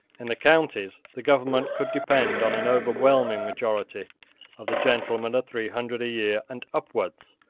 in the counties the government could depend on an overwhelming majority of the gentlemen of three hundred a year and upwards,